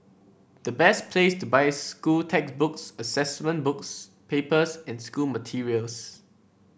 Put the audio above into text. the best place to buy school textbooks assessment books papers and school materials